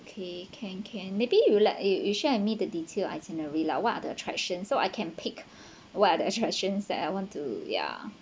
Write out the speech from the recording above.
okay can can maybe you like you you share with me the detailed itinerary lah what are the attraction so I can pick what are the attractions that I want to ya